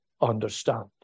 understand